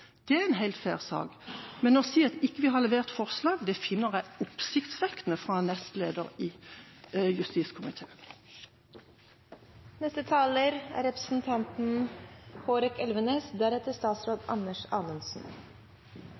det er en helt fair sak. Men å si at vi ikke har levert forslag, finner jeg oppsiktsvekkende fra en nestleder i